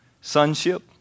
sonship